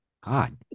God